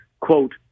quote